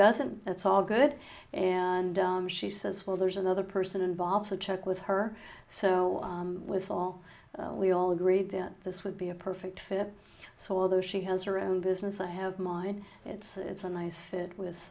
doesn't it's all good and she says well there's another person involved so check with her so was all we all agreed that this would be a perfect fit so although she has her own business i have mine it's a nice fit